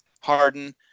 Harden